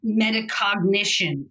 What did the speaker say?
metacognition